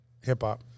Hip-hop